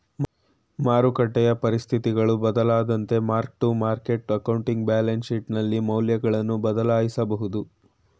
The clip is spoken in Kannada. ಮಾರಕಟ್ಟೆಯ ಪರಿಸ್ಥಿತಿಗಳು ಬದಲಾದಂತೆ mark to market accounting balance ಶೀಟ್ನಲ್ಲಿ ಮೌಲ್ಯಗಳನ್ನು ಬದಲಾಯಿಸಬಹುದು